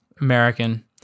American